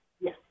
yes